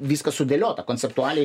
viskas sudėliota konceptualiai